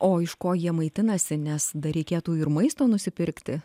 o iš ko jie maitinasi nes dar reikėtų ir maisto nusipirkti